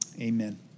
Amen